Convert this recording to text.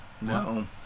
No